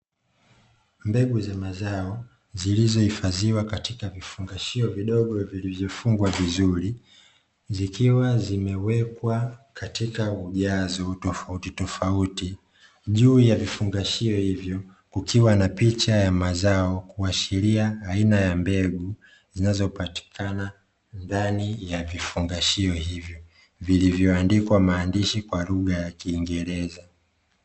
Mbegu za mazao, zilizohifadhiwa katika vifungashio vidogo vilivyofungwa vizuri na kuwekwa katika ujazo tofauti, zikiwa na picha ya mazao pamoja na aina ya mbegu zilizopo ndani ya vifungashio hivyo, vilivyoandikwa maandishi kwa lugha ya Kiingereza.